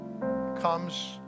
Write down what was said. comes